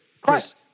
Chris